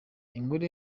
inkuru